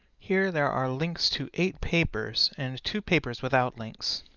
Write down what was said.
here there are links to eight papers, and two papers without links,